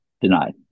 denied